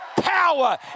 power